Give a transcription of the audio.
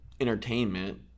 entertainment